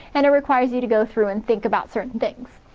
and it requires you to go through and think about certain things.